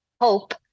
hope